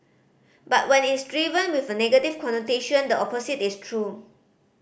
but when it's driven with a negative connotation the opposite is true